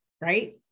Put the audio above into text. Right